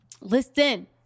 Listen